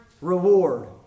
reward